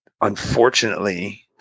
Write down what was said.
unfortunately